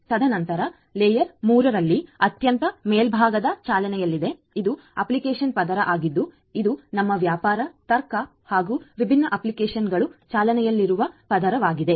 ತದನಂತರ ನೀವು ಲೇಯರ್ 3 ರಲ್ಲಿ ಅತ್ಯಂತ ಮೇಲ್ಭಾಗದಲ್ಲಿ ಚಾಲನೆಯಲ್ಲಿದೆ ಇದು ಅಪ್ಲಿಕೇಶನ್ ಪದರ ಆಗಿದ್ದು ಇದು ನಿಮ್ಮ ವ್ಯಾಪಾರ ತರ್ಕ ಹಾಗೂ ವಿಭಿನ್ನ ಅಪ್ಲಿಕೇಶನ್ಗಳು ಚಾಲನೆಯಲ್ಲಿರುವ ಪದರವಾಗಿದೆ